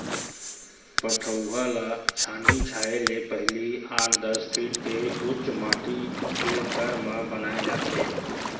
पठउवा ल छानही छाहे ले पहिली आठ, दस फीट के उच्च माठी के घर म बनाए जाथे